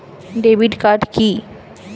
Debit card কি?